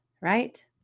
right